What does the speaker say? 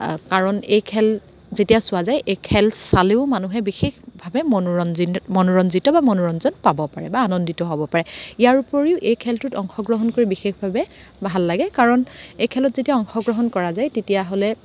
কাৰণ এই খেল যেতিয়া চোৱা যায় এই খেল চালেও মানুহে বিশেষভাৱে মনোৰঞ্জিন মনোৰঞ্জিত বা মনোৰঞ্জন পাব পাৰে বা আনন্দিত হ'ব পাৰে ইয়াৰ উপৰিও এই খেলটোত অংশগ্ৰহণ কৰি বিশেষভাৱে ভাল লাগে কাৰণ এই খেলত যেতিয়া অংশগ্ৰহণ কৰা হায় তেতিয়াহ'লে